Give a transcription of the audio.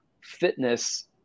fitness